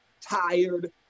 tired